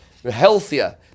healthier